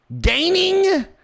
Gaining